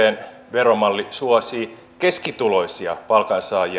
veromalli suosii keskituloisia palkansaajia